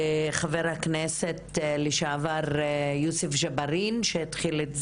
חה"כ לשעבר יוסף ג'בארין שהתחיל את זה,